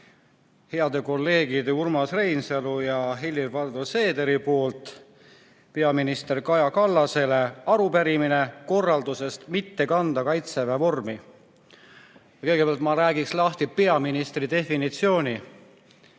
head kolleegid Urmas Reinsalu ja Helir-Valdor Seeder esitanud peaminister Kaja Kallasele arupärimise korralduse kohta mitte kanda Kaitseväe vormi. Kõigepealt ma räägiks lahti peaministri definitsiooni.